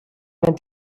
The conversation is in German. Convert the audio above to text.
mit